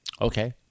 Okay